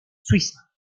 suiza